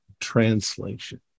translation